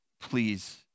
please